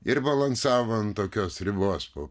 ir balansavo ant tokios ribos po